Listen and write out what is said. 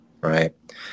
right